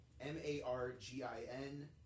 M-A-R-G-I-N